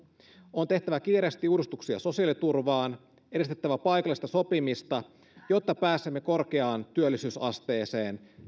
on tehtävä kiireesti uudistuksia sosiaaliturvaan edistettävä paikallista sopimista jotta pääsemme korkeaan työllisyysasteeseen